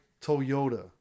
toyota